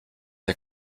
der